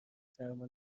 سرما